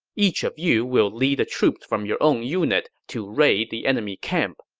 each of you will lead the troops from your own unit to raid the enemy camp.